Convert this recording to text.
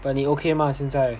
but 你 okay 吗现在